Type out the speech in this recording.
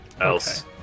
Else